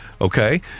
okay